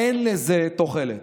אין לזה תוחלת.